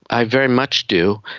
i very much do,